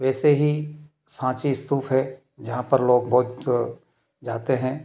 वैसे ही साँची स्तूप जहाँ पर लोग बहुत जाते हैं